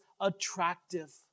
attractive